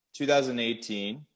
2018